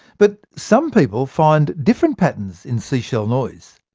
but some people find different patterns in seashell noise.